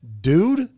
dude